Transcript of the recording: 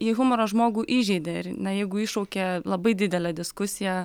jei humoras žmogų įžeidė ir na jeigu iššaukė labai didelę diskusiją